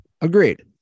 Agreed